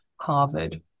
Harvard